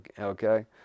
okay